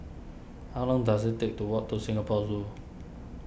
how long dose it take to walk to Singapore Zoo